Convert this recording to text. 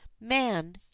man